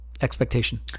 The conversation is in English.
expectation